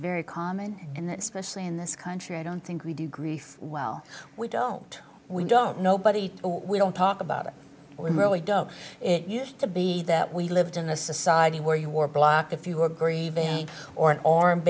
very common and that specially in this country i don't think we do grief well we don't we don't nobody we don't talk about it we really don't have to be that we lived in a society where you were blocked if you were grieving or an arm